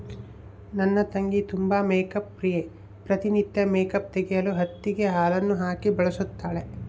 ನನ್ನ ತಂಗಿ ತುಂಬಾ ಮೇಕ್ಅಪ್ ಪ್ರಿಯೆ, ಪ್ರತಿ ನಿತ್ಯ ಮೇಕ್ಅಪ್ ತೆಗೆಯಲು ಹತ್ತಿಗೆ ಹಾಲನ್ನು ಹಾಕಿ ಬಳಸುತ್ತಾಳೆ